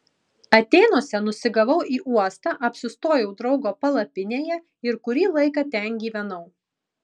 atėnuose nusigavau į uostą apsistojau draugo palapinėje ir kurį laiką ten gyvenau